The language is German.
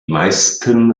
meisten